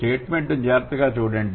స్టేట్మెంట్ను జాగ్రత్తగా చూడండి